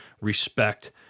respect